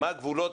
מספקת.